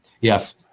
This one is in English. yes